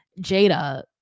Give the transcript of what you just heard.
Jada